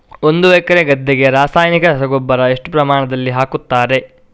ಒಂದು ಎಕರೆ ಗದ್ದೆಗೆ ರಾಸಾಯನಿಕ ರಸಗೊಬ್ಬರ ಎಷ್ಟು ಪ್ರಮಾಣದಲ್ಲಿ ಹಾಕುತ್ತಾರೆ?